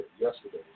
yesterday